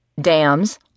Dams